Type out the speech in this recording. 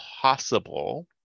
possible